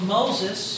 Moses